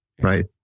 right